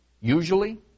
Usually